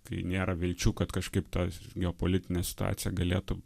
kai nėra vilčių kad kažkaip ta geopolitinė situacija galėtų